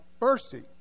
mercy